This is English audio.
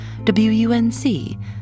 WUNC